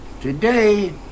Today